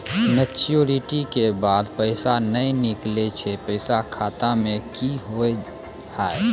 Maturity के बाद पैसा नए निकले से पैसा खाता मे की होव हाय?